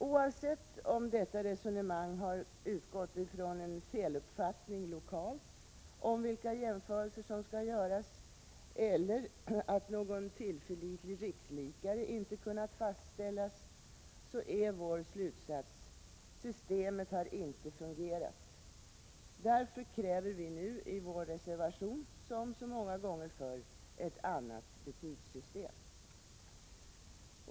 Oavsett om detta resonemang har utgått från en felaktig uppfattning lokalt om vilka jämförelser som skall göras eller från att någon tillförlitlig rikslikare inte kunnat fastställas är vår slutsats: Systemet har inte fungerat. Därför kräver vi nu i vår reservation, som så många gånger förr, ett annat betygssystem.